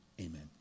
Amen